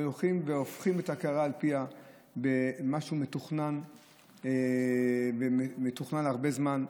והולכים והופכים את הקערה על פיה במשהו שמתוכנן הרבה זמן,